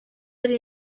ari